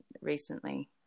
recently